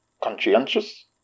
conscientious